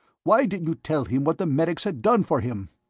why didn't you tell him what the medics had done for him?